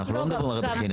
אנחנו לא מדברים על בחינה,